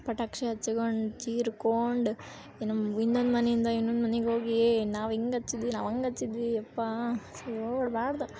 ಪಟಾಕಿ ಹಚ್ಕೊಂಡು ಚೀರ್ಕೋಂಡು ಇನ್ನೊಂದು ಮನೆಯಿಂದ ಇನ್ನೊಂದು ಮನಿಗೆ ಹೋಗಿ ಏ ನಾವು ಹಿಂಗ್ ಹಚ್ಚದ್ವಿ ನಾವು ಹಂಗ್ ಹಚ್ಚದ್ವಿ ಯಪ್ಪಾ ನೋಡ್ಬಾರ್ದು